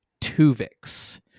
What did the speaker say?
Tuvix